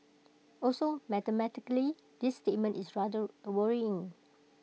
also mathematically this statement is rather worrying